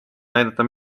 näidata